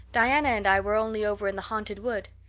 diana and i were only over in the haunted wood.